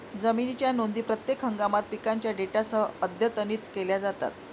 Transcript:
जमिनीच्या नोंदी प्रत्येक हंगामात पिकांच्या डेटासह अद्यतनित केल्या जातात